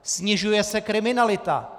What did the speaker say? Snižuje se kriminalita.